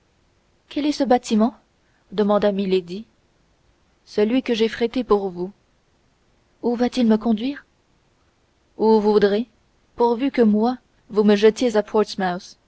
quel est ce bâtiment demanda milady celui que j'ai frété pour vous où va-t-il me conduire où vous voudrez pourvu que moi vous me jetiez à